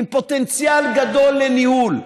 עם פוטנציאל גדול לניהול,